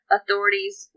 Authorities